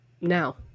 Now